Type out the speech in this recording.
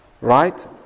right